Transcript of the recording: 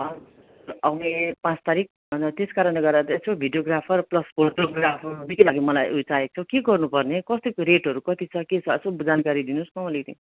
आउने पाँच तारिक अन्त त्यसकारणले गर्दा यसो भिडियोग्राफर प्लस फोटोग्राफर मलाई उयो चाहिएको छ हौ के गर्नु पर्ने कतिको रेटहरू कति छ के छ यसो जानकारी दिनुहोस् न हौ अतिकति